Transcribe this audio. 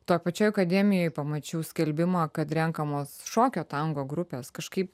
toj pačioj akademijoj pamačiau skelbimą kad renkamos šokio tango grupės kažkaip